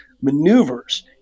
maneuvers